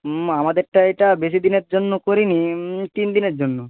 হুম আমাদেরটা এটা বেশি দিনের জন্য করিনি তিনদিনের জন্য